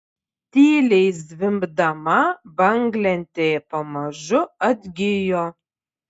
tyliai zvimbdama banglentė pamažu atgijo